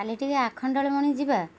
କାଲି ଟିକେ ଆଖଣ୍ଡଳମଣି ଯିବା